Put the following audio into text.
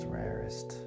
rarest